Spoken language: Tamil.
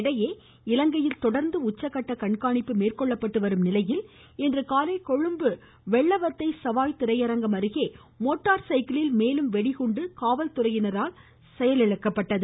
இதனிடையே இலங்கையில் தொடர்ந்து உச்சக்கட்ட கண்காணிப்பு மேற்கொள்ளப்பட்டு வரும் நிலையில் இன்றுகாலை கொழும்பு வெள்ளவத்தை சவாய் திரையரங்கம் அருகே மோட்டார் சைக்கிளில் மேலும் வெடிகுண்டு காவல்துறையினரால் கைப்பற்றப்பட்டது